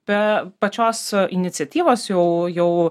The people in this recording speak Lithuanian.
be pačios iniciatyvos jau jau